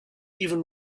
even